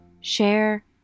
share